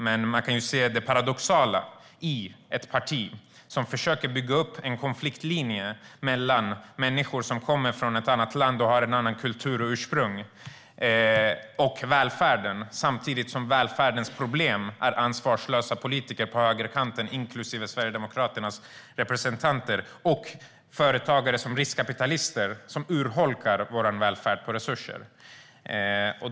Man kan dock se det paradoxala i ett parti som försöker bygga upp en konfliktlinje mellan människor från ett annat land, som har en annan kultur och ett annat ursprung, och välfärden - samtidigt som välfärdens problem är ansvarslösa politiker på högerkanten, inklusive Sverigedemokraternas representanter, och företagare som riskkapitalister som urholkar vår välfärd på resurser.